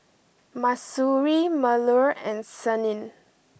Mahsuri Melur and Senin